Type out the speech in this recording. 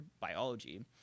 biology